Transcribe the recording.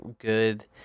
good